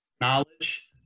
knowledge